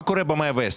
מה קורה ב-110?